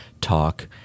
talk